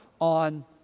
on